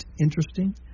interesting